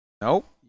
Nope